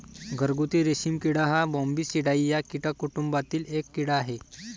घरगुती रेशीम किडा हा बॉम्बीसिडाई या कीटक कुटुंबातील एक कीड़ा आहे